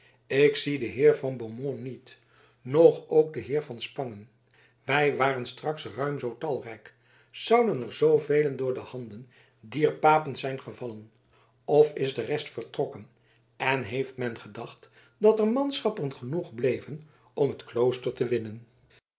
ik zie den heer van beaumont niet noch ook den heer van spangen wij waren straks ruim zoo talrijk zouden er zoo velen door de handen dier papen zijn gevallen of is de rest vertrokken en heeft men gedacht dat er manschappen genoeg bleven om het klooster te winnen